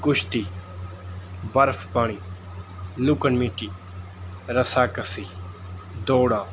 ਕੁਸ਼ਤੀ ਬਰਫ਼ ਪਾਣੀ ਲੁਕਣ ਮੀਚੀ ਰੱਸਾ ਕੱਸੀ ਦੋੜਾਂ